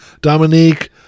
Dominique